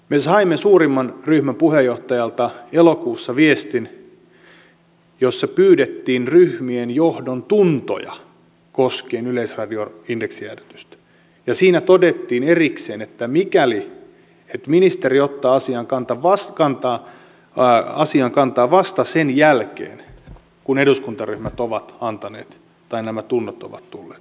me saimme suurimman ryhmän puheenjohtajalta elokuussa viestin jossa pyydettiin ryhmien johdon tuntoja koskien yleisradion indeksijäädytystä ja siinä todettiin erikseen että ministeri ottaa asiaan kantaa vasta sen jälkeen kun eduskuntaryhmien tunnot ovat tulleet